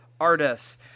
artists